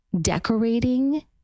decorating